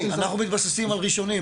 אנחנו מתבססים על ראשונים,